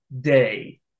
day